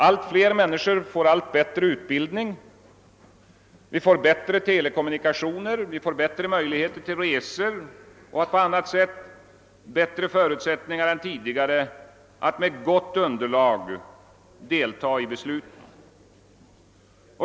Allt fler människor får allt bättre utbildning, bättre telekommunikationer, möjligheter till resor och på annat sätt bättre förutsättningar än tidigare att med gott underlag delta i besluten.